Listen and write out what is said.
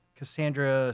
Cassandra